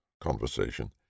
conversation